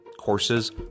courses